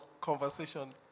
conversation